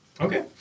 Okay